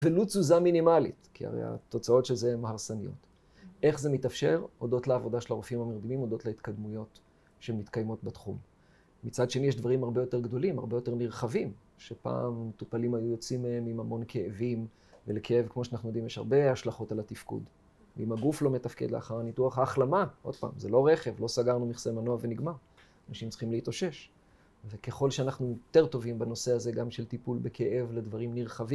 ולו תזוזה מינימלית, כי הרי התוצאות של זה הן הרסניות. איך זה מתאפשר? הודות לעבודה של הרופאים המרדימים, הודות להתקדמויות שמתקיימות בתחום. מצד שני, יש דברים הרבה יותר גדולים, הרבה יותר נרחבים, שפעם מטופלים היו יוצאים מהם עם המון כאבים, ולכאב, כמו שאנחנו יודעים, יש הרבה השלכות על התפקוד. ואם הגוף לא מתפקד לאחר הניתוח, ההחלמה? עוד פעם, זה לא רכב, לא סגרנו מכסה מנוע ונגמר. אנשים צריכים להתאושש. וככל שאנחנו יותר טובים בנושא הזה גם של טיפול בכאב לדברים נרחבים.